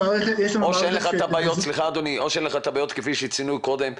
או שאין לך א ת הבעיות כפי שציינו קודם,